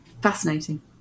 Fascinating